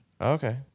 Okay